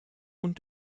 und